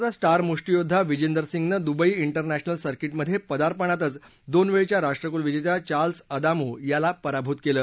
भारताचा स्टार मुष्टियोद्धा विजेंदर सिंगनं दुबई इंटरनॅशनल सकिटमध्ये पदार्पणातच दोन वेळच्या राष्ट्रकुल विजेत्या चार्लस् अदामू याला पराभूत केलं